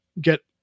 get